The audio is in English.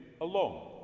alone